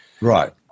Right